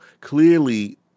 Clearly